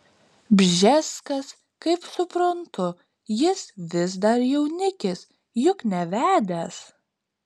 bžeskas kaip suprantu jis vis dar jaunikis juk nevedęs